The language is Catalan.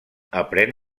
aprèn